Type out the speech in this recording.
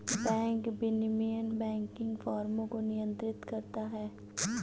bank विनियमन banking फ़र्मों को नियंत्रित करता है